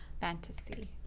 fantasy